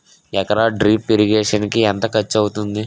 ఎకర drip irrigation కి ఎంత ఖర్చు అవుతుంది?